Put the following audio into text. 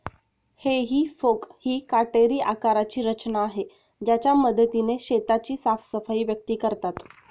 हेई फोक ही काटेरी आकाराची रचना आहे ज्याच्या मदतीने शेताची साफसफाई व्यक्ती करतात